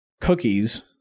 cookies